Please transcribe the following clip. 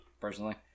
personally